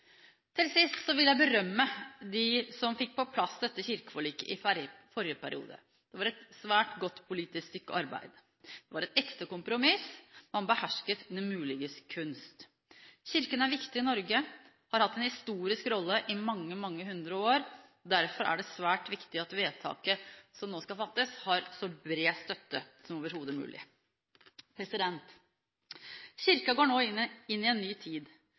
Til sist vil jeg berømme dem som fikk på plass kirkeforliket i forrige periode. Det var et svært godt stykke politisk arbeid. Det var et ekte kompromiss. Man behersket det muliges kunst. Kirken er viktig i Norge. Den har hatt en historisk rolle i mange, mange hundre år. Derfor er det svært viktig at vedtaket som nå skal fattes, har så bred støtte som overhodet mulig. Kirken går nå inn i en ny tid.